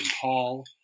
Paul